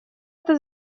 это